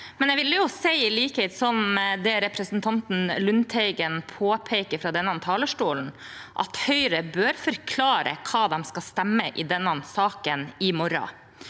Men jeg vil si, i likhet med det representanten Lundteigen påpeker fra denne talerstolen, at Høyre bør forklare hva de skal stemme i denne saken i morgen.